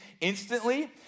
instantly